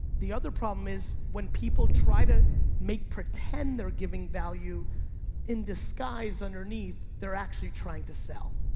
the other problem is when people try to make pretend they're giving value in disguise underneath, they're actually trying to sell